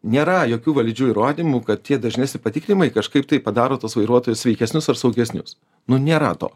nėra jokių valdžių įrodymų kad tie dažnesni patikrinimai kažkaip tai padaro tuos vairuotojus sveikesnius ar saugesnius nu nėra to